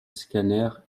scanner